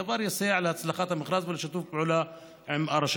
הדבר יסייע להצלחת המכרז ולשיתוף פעולה עם הרשות